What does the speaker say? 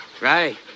Right